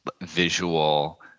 visual